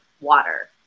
water